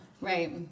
right